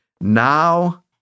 now